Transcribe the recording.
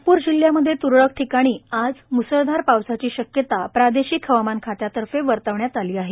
नागपूर शहरांमध्ये त्रळक ठिकाणी आज म्सळधार पावसाची शक्यता प्रादेशिक हवामान खात्यातर्फे वर्तवण्यात आली आहे